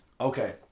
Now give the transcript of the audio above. Okay